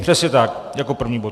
Přesně tak, jako první bod.